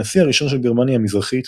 הנשיא הראשון של גרמניה המזרחית,